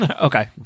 Okay